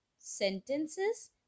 sentences